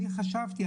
אני חשבתי,